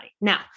Now